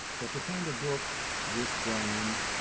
but to find a book this grand,